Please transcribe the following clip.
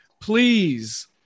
please –